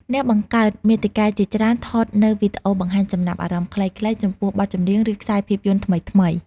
អ្នកបង្កើតមាតិកាជាច្រើនថតនូវវីដេអូបង្ហាញចំណាប់អារម្មណ៍ខ្លីៗចំពោះបទចម្រៀង ឬ ខ្សែភាពយន្តថ្មីៗ។